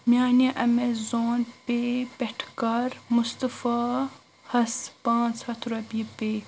میانہِ اَمیزن پے پٮ۪ٹھٕ کَر مُصطفیٰ ہَس پانٛژھ ہتھ رۄپیہِ پے